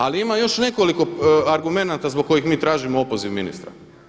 Ali ima još nekoliko argumenata zbog kojih mi tražimo opoziv ministra.